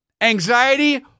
anxiety